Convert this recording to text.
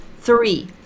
three